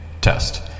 Test